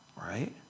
right